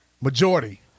Majority